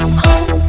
home